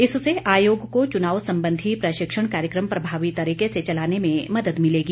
इससे आयोग को चुनाव संबंधी प्रशिक्षण कार्यक्रम प्रभावी तरीके से चलाने में मदद मिलेगी